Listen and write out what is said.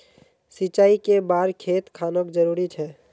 सिंचाई कै बार खेत खानोक जरुरी छै?